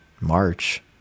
march